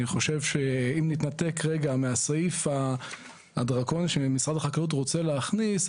אני חושב שאם נתנתק רגע מהסעיף הדרקוני שמשרד החקלאות רוצה להכניס,